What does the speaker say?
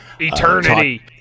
eternity